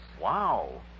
Wow